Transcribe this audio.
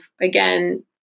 again